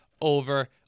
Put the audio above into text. over